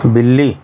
بلّی